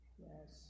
Yes